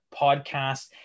podcast